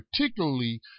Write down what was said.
particularly